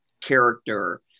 character